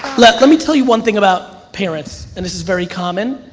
let let me tell you one thing about parents, and this is very common,